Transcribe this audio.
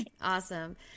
Awesome